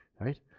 right